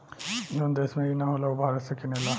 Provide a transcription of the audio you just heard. जवन देश में ई ना होला उ भारत से किनेला